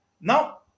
Now